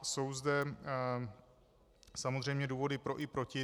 Jsou zde samozřejmě důvody pro i proti.